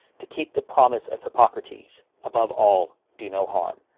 to keep the promise of hippocrates above all, do no harm.